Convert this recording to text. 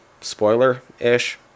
Spoiler-ish